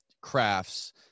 crafts